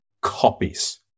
copies